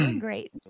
great